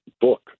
book